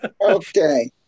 Okay